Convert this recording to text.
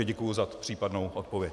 Děkuji za případnou odpověď.